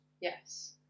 Yes